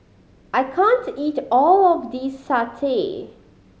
I can't eat all of this satay